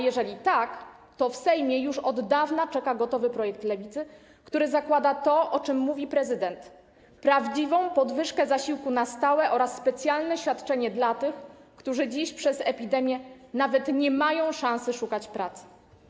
Jeżeli tak, to w Sejmie już od dawna czeka gotowy projekt Lewicy, który zakłada to, o czym mówi prezydent: prawdziwą podwyżkę zasiłku na stałe oraz specjalne świadczenie dla tych, którzy dziś przez epidemię nawet nie mają szansy szukać pracy.